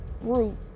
root